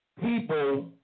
People